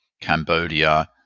Cambodia